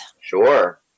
Sure